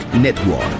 Network